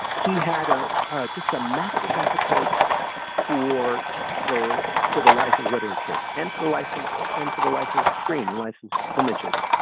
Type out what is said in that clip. he had a just a matchless appetite for the for the life of literature and for the life of and for the life of of the screen license images.